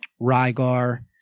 Rygar